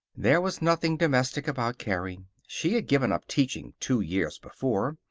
there was nothing domestic about carrie. she had given up teaching two years before,